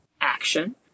action